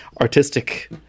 artistic